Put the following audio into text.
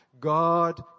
God